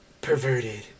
perverted